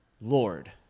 Lord